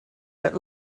that